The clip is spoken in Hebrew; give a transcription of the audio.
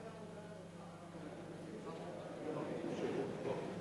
תוכן העניינים שאילתות דחופות 6 השר להגנת העורף מתן